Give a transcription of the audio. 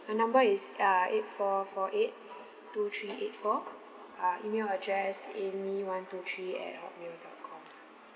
my number is uh eight four four eight two three eight four uh email address amy one two three at hotmail dot com